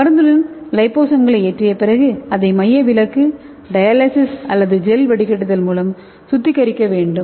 மருந்துடன் லிபோசோம்களை ஏற்றிய பிறகு அதை மையவிலக்கு டயாலிஸ்கள் அல்ல ஜெல் வடிகட்டுதல் மூலம் சுத்திகரிக்க வேண்டும்